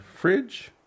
fridge